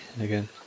again